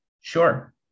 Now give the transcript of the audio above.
Sure